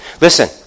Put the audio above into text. Listen